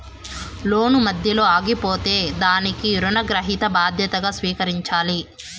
లోను మధ్యలో ఆగిపోతే దానికి రుణగ్రహీత బాధ్యతగా స్వీకరించాలి